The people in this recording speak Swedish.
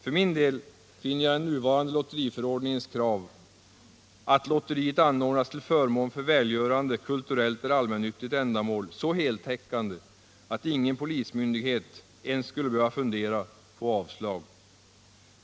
För min del finner jag den nuvarande lotteriförordningens krav ”att lotteriet anordnas till förmån för välgörande, kulturellt eller allmännyttigt ändamål” så heltäckande att ingen polismyndighet ens skulle behöva fundera på avslag.